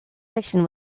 fiction